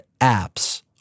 apps